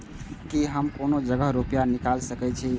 की हम कोनो जगह रूपया निकाल सके छी?